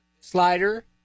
slider